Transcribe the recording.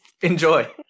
Enjoy